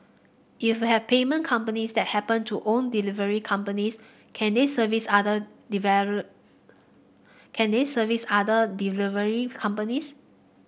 if you have payment companies that happen to own delivery companies can they service other can they service other delivery companies